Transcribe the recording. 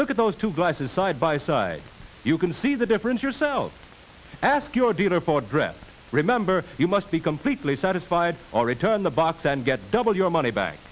look at those two glasses side by side you can see the difference yourself ask your dealer for dress remember you must be completely satisfied or return the box and get double your money back